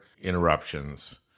interruptions